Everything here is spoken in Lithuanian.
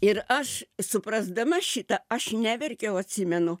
ir aš suprasdama šitą aš neverkiau atsimenu